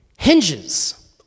hinges